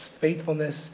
faithfulness